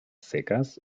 secas